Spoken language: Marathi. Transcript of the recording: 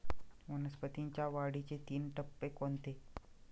वनस्पतींच्या वाढीचे तीन टप्पे कोणते?